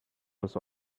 was